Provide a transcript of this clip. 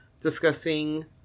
discussing